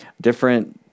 different